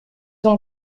ont